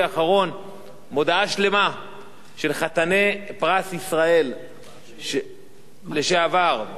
מודעה שלמה של חתני פרס ישראל לשעבר או לכל החיים,